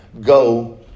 go